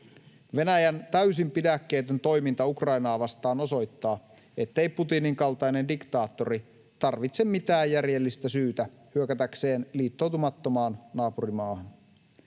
Venäjän täysin pidäkkeetön toiminta Ukrainaa vastaan osoittaa, ettei Putinin kaltainen diktaattori tarvitse mitään järjellistä syytä hyökätäkseen liittoutumattomaan naapurimaahan.